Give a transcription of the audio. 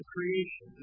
Creation